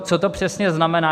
Co to přesně znamená?